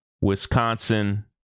Wisconsin